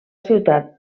ciutat